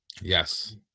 Yes